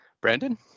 Brandon